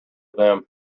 them